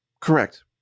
Correct